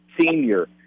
senior